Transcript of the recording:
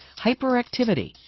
hyperactivity,